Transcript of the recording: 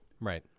Right